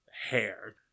hair